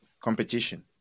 competition